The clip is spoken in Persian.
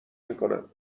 میکنم